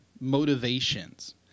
motivations